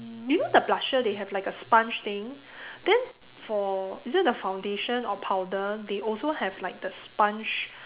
you know the blusher they have like a sponge thing then for is it the foundation or powder they also have like the sponge